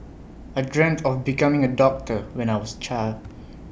I dreamt of becoming A doctor when I was child